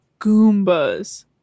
Goombas